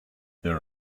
there